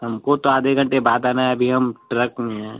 हमको तो आधे घंटे बाद आना है अभी हम ट्रक में हैं